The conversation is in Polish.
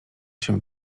się